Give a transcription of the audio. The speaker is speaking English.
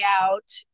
out